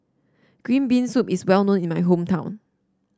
Green Bean Soup is well known in my hometown